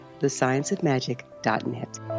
thescienceofmagic.net